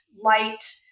light